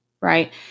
Right